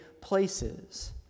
places